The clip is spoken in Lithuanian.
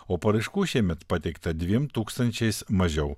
o paraiškų šiemet pateikta dviem tūkstančiais mažiau